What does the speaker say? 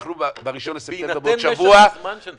אנחנו בראשון בספטמבר בעוד שבוע -- בהינתן זמן של תקציב.